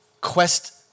quest